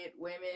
women